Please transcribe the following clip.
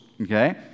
Okay